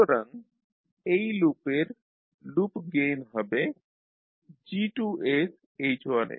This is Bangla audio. সুতরাং এই লুপের লুপ গেইন হবে G2sH1s